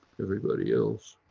everybody else.